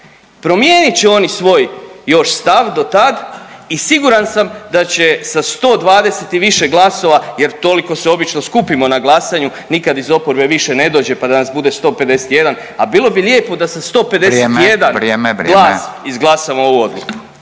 promijenit će oni svoj još stav dotad i siguran sam da će sa 120 i više glasova, jer toliko se obično skupimo na glasanju, nikad iz oporbe više ne dođe, pa da nas bude 151, a bilo bi lijepo da sa 151…/Upadica Radin: